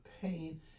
pain